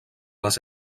les